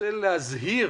רוצה להזהיר